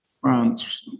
France